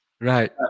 Right